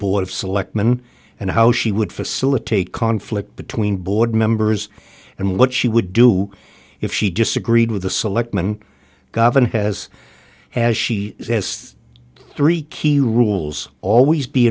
board of selectmen and how she would facilitate conflict between board members and what she would do if she disagreed with the selectmen goven has as she says three key rules always be